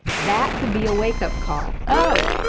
that can be a wake up call oh,